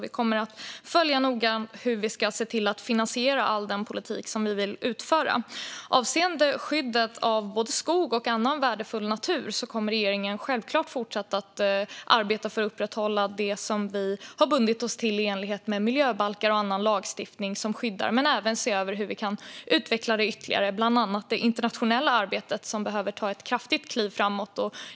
Vi kommer att noga följa hur vi ska se till att finansiera all den politik som vi vill utföra. Avseende skyddet av både skog och annan värdefull natur kommer regeringen självklart att fortsatt arbeta för att upprätthålla det som vi har bundit oss till i enlighet med miljöbalken och annan lagstiftning som skyddar. Men vi kommer även att se över hur vi kan utveckla det ytterligare. Det gäller bland annat det internationella arbete som behöver ta ett kraftigt kliv framåt.